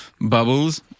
Bubbles